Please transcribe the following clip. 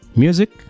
music